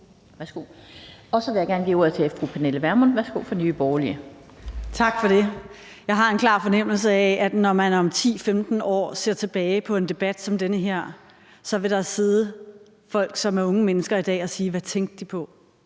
Så vil jeg gerne give ordet til fru Pernille Vermund fra Nye Borgerlige. Værsgo. Kl. 10:49 Pernille Vermund (NB): Tak for det. Jeg har en klar fornemmelse af, at når man om 10-15 år ser tilbage på en debat som den her, vil der sidde folk, som er unge mennesker i dag, og sige: Hvad tænkte de på?